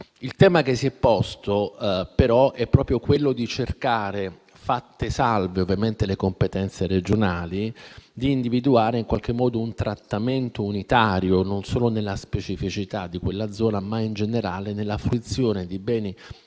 Il tema che si è posto, però, è proprio quello di provare, fatte salve ovviamente le competenze regionali, a individuare in qualche modo un trattamento unitario, non solo nella specificità di quella zona, ma in generale, nella fruizione di beni archeologici